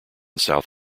south